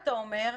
אתה אומר,